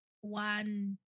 One